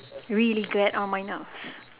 really get on my nerves